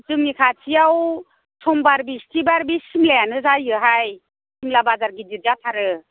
जोंनि खाथियाव समबार बिस्तिबार बे सिमलायानो जायोहाय मेला बाजार गिदिर जाथारो